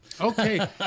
Okay